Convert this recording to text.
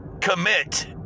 Commit